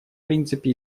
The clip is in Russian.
принципе